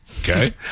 Okay